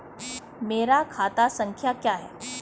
मेरा खाता संख्या क्या है?